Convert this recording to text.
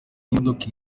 imodoka